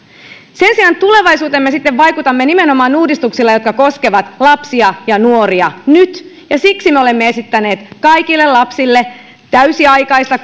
sen sijaan tulevaisuuteen me sitten vaikutamme nimenomaan uudistuksilla jotka koskevat lapsia ja nuoria nyt siksi me olemme esittäneet kaikille lapsille täysiaikaista